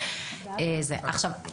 עכשיו,